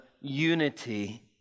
unity